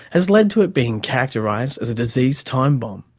has led to it being characterised as a disease timebomb.